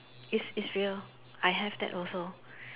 it's it's real I have that also